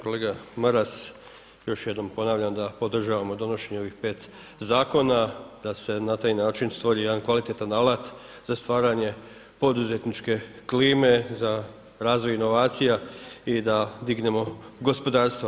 Kolega Maras, još jednom ponavljam da podržavamo donošenje ovih 5 zakona, da se na taj način stvori jedan kvalitetan alat, za stvaranje poduzetničke klime, za razvoj inovacija i da dignemo gospodarstvo.